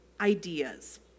ideas